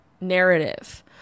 narrative